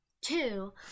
Two